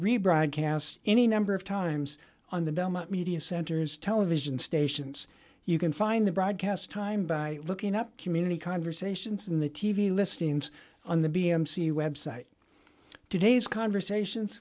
rebroadcast any number of times on the belmont media centers television stations you can find the broadcast time by looking up community conversations in the t v listings on the b a m c website two days conversations